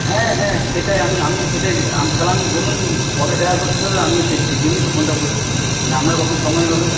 হ্যাঁ হ্যাঁ সেটাই আমিও সেটাই তাহলে আপনি বলুন কবে দেখা করতে হবে আমিও সে সেই জন্যেই তো ফোনটা করছি মানে আপনার কখন সময় হবে